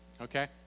Okay